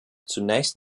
zunächst